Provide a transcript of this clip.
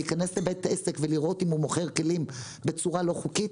להיכנס לבית עסק ולראות אם הוא מוכר כלים בצורה לא חוקית,